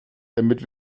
damit